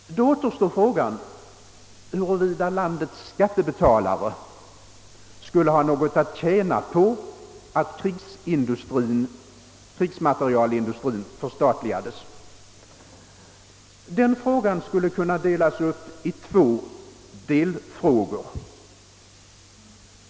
Då återstår frågan huruvida landets skattebetalare skulle ha något att tjäna på att krigsmaterielindustrien förstatligades. Den frågan skulle kunna delas upp i två delfrågor.